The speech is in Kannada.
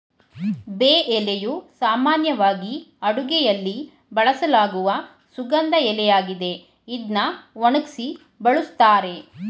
ಬೇ ಎಲೆಯು ಸಾಮಾನ್ಯವಾಗಿ ಅಡುಗೆಯಲ್ಲಿ ಬಳಸಲಾಗುವ ಸುಗಂಧ ಎಲೆಯಾಗಿದೆ ಇದ್ನ ಒಣಗ್ಸಿ ಬಳುಸ್ತಾರೆ